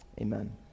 amen